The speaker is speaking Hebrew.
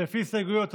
זאב פינדרוס.